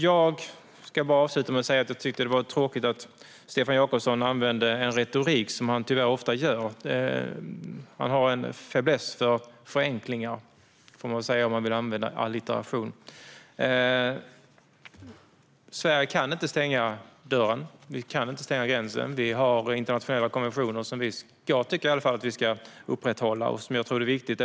Jag ska avsluta med att säga att jag tycker att det var tråkigt att Stefan Jakobsson använde den retorik som han tyvärr ofta använder. Han har en fäbless för förenklingar, får man väl säga, om man vill använda en allitteration. Sverige kan inte stänga dörren eller gränsen. Vi har internationella konventioner som i alla fall jag tycker att vi ska upprätthålla. Jag tror att detta är viktigt.